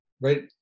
Right